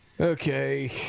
Okay